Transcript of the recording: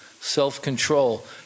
self-control